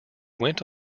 went